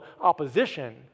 opposition